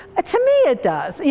ah to me it does. you